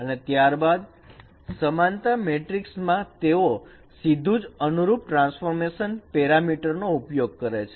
અને ત્યારબાદ સમાનતા મેટ્રિક્સ માં તેઓ સીધું જ અનુરૂપ ટ્રાન્સફોર્મેશન પેરામીટર નો ઉપયોગ કરે છે